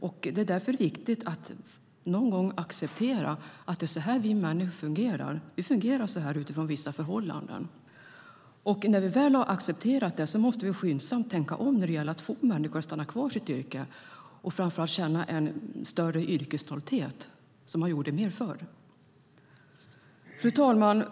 Därför är det viktigt att någon gång acceptera att det är så här vi människor fungerar. Vi fungerar så här utifrån vissa förhållanden. När vi väl har accepterat det måste vi skyndsamt tänka om när det gäller att få människor att stanna kvar i sitt yrke och framför allt känna en större yrkesstolthet, vilket man gjorde mer förr. Fru talman!